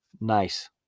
nice